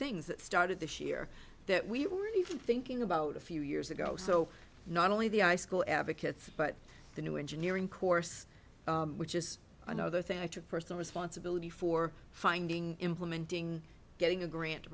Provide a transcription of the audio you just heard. that started this year that we weren't even thinking about a few years ago so not only the i school advocates but the new engineering course which is another thing i took personal responsibility for finding implementing getting a grant to